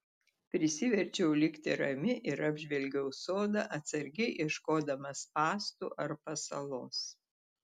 prisiverčiau likti rami ir apžvelgiau sodą atsargiai ieškodama spąstų ar pasalos